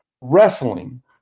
Wrestling